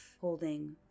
holding